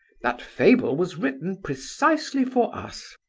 that fable was written precisely for us.